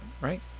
right